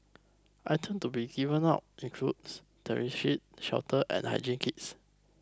items to be given out includes sheet shelter and hygiene kits